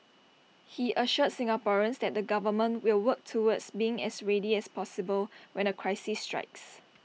he assured Singaporeans that the government will work towards being as ready as possible when A crisis strikes